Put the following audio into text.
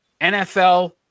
NFL